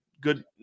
good